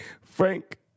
Frank